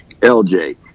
LJ